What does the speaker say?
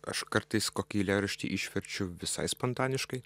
aš kartais kokį eilėraštį išverčiu visai spontaniškai